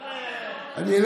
לא חשוב, אני מוותר.